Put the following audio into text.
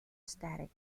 static